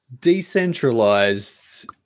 decentralized